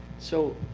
so